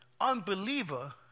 Unbeliever